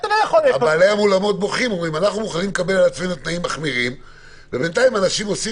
הם אומרים שהם מוכנים לקבל על עצמם תנאים מחמירים ובינתיים אנשים עושים